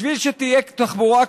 בשביל שתהיה תחבורה כזו,